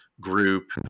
group